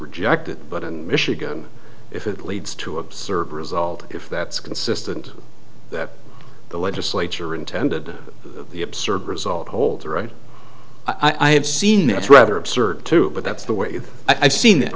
rejected but in michigan if it leads to absurd result if that's consistent that the legislature intended the absurd result hold to right i have seen it's rather absurd to but that's the way i've seen